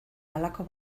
halako